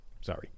sorry